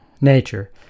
nature